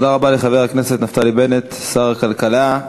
תודה רבה לחבר הכנסת נפתלי בנט, שר הכלכלה.